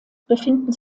befinden